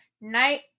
night